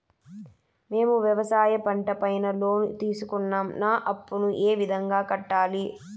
మేము వ్యవసాయ పంట పైన లోను తీసుకున్నాం నా అప్పును ఏ విధంగా కట్టాలి